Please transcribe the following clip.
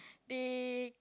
they